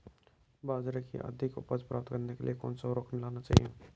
बाजरे की अधिक उपज प्राप्त करने के लिए कौनसा उर्वरक मिलाना चाहिए?